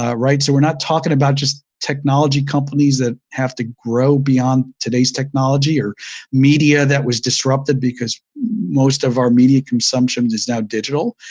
ah so we're not talking about just technology companies that have to grow beyond today's technology or media that was disrupted because most of our media consumption is now digital.